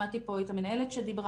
שמעתי פה את המנהלת שדיברה.